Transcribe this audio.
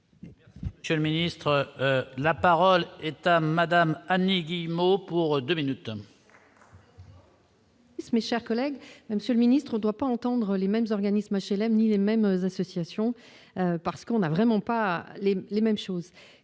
Michel, ministre, la parole est à madame Annie Guillemot pour 2 minutes.